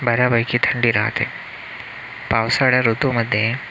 बऱ्यापैकी थंडी राहते पावसाळा ऋतूमध्ये